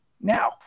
now